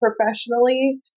professionally